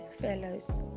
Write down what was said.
fellows